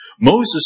Moses